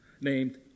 named